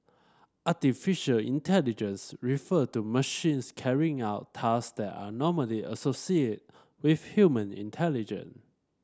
artificial intelligence refer to machines carrying out task that are normally associate with human intelligence